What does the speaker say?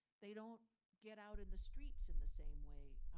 they don't get out in the streets in the same way.